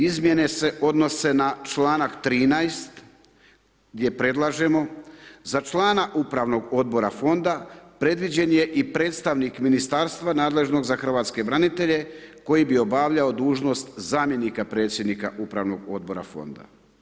Izmjene se odnose na članak 13. gdje predlažemo za člana Upravnog odbora Fonda predviđen je i predstavnik Ministarstva nadležnog za hrvatske branitelje koji bi obavljao dužnost zamjenika predsjednika Upravnog odbora fonda.